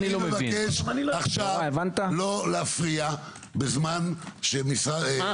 אני מבקש עכשיו לא להפריע בזמן- -- מה,